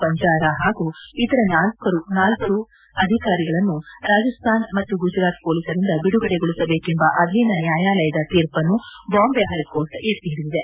ವಂಜಾರಾ ಪಾಗೂ ಇತರ ನಾಲ್ವರು ಅಧಿಕಾರಿಗಳನ್ನು ರಾಜಾಸ್ಥಾನ್ ಮತ್ತು ಗುಜರಾತ್ ಪೊಲೀಸರಿಂದ ಬಿಡುಗಡೆಗೊಳಿಸಬೇಕೆಂಬ ಅಧೀನ ನ್ಯಾಯಾಲಯದ ತೀರ್ಪನ್ನು ಬಾಂಬೆ ಹೈಕೋರ್ಟ್ ಎತ್ತಿಹಿಡಿದಿದೆ